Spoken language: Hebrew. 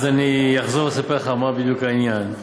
אז אני אחזור ואספר לך מה בדיוק העניין.